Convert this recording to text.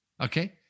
Okay